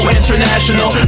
international